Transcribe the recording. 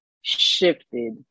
shifted